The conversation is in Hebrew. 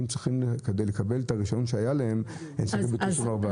כדי לקבל את הרישיון שהיה להם אנשים צריכים לפנות למרב"ד.